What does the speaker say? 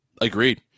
Agreed